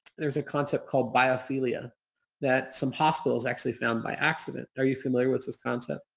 there's a concept called biophilia that some hospitals actually found by accident. are you familiar with this concept?